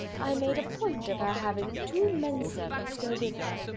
i made a point of her having two men-servants go with her.